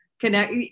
connect